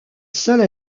seule